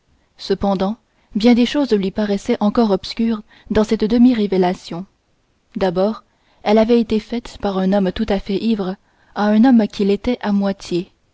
cependant bien des choses lui paraissaient encore obscures dans cette demi révélation d'abord elle avait été faite par un homme tout à fait ivre à un homme qui l'était à moitié